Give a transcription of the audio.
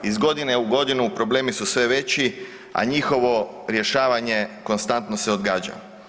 Iz godine u godinu problemi su sve veći, a njihovo rješavanje konstantno se odgađa.